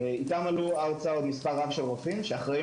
איתם עלו ארצה עוד מספר רב של רופאים שאחראים